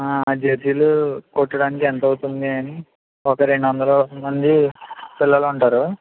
ఆ జెర్సీలు కుట్టడానికి ఎంతవుతుంది అని ఒక రెండు వందల మంది పిల్లలుంటారు